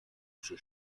przy